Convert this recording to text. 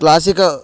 classic